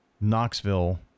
Knoxville